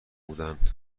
بودند